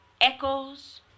Echoes